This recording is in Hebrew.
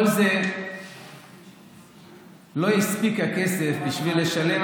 כל זה לא הספיק הכסף בשביל לשלם,